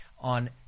on